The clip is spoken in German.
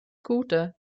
gute